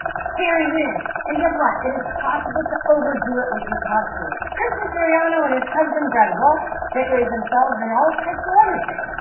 scary win! and guess what? it is possible to overdo it with your costume. christian siriano and his husband brad walsh decorated themselves in all crystal everything,